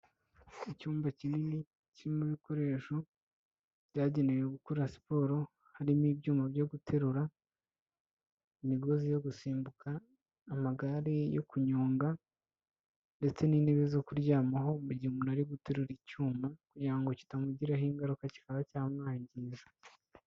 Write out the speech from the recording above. Icyumba kinini kirimo ibikoresho byagenewe gukora siporo harimo ibyuma byo guterura, imigozi yo gusimbuka, amagare yo kunyonga ndetse n'intebe zo kuryamaho mu gihe umuntu ari guterura icyuma kugira ngo kitamugiraho ingaruka kikaba cyamwangiza.